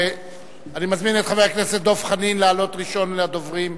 אני מזמין את חבר הכנסת דב חנין לעלות ראשון מן הדוברים,